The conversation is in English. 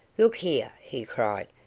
look here, he cried,